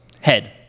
Head